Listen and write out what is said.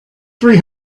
three